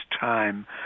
time